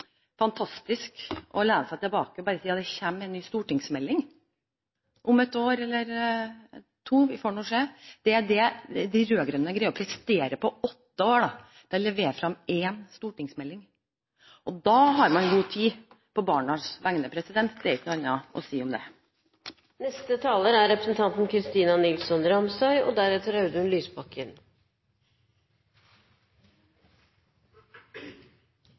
fantastisk at man bare kan lene seg tilbake og si at det kommer en ny stortingsmelding – om et år eller to, vi får nå se. Det er det de rød-grønne greier å prestere i løpet av åtte år – å levere én stortingsmelding. Da har man god tid på barnas vegne, det er ikke noe annet å si om det.